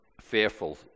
fearful